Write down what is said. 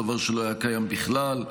דבר שלא היה קיים בכלל.